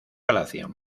palacio